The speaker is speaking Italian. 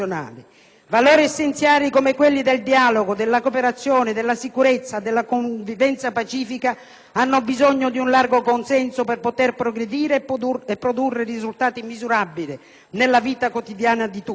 Valori essenziali come quelli del dialogo, della cooperazione, della sicurezza, della convivenza pacifica hanno bisogno di un largo consenso per poter progredire e produrre risultati misurabili nella vita quotidiana di tutti.